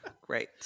Great